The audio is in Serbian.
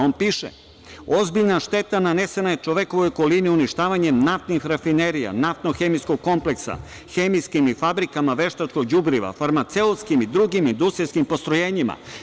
On piše – ozbiljna šteta nanesena je čovekovoj okolini uništavanjem naftnih rafinerija, naftno hemijskog kompleksa, hemijskim i fabrikama veštačkog đubriva, farmaceutskim i drugim industrijskim postrojenjima.